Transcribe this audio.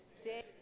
stay